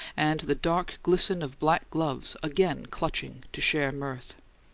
and the dark glisten of black gloves again clutching to share mirth.